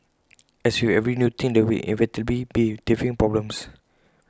as with every new thing there will inevitably be teething problems